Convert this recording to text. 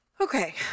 Okay